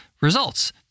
results